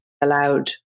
allowed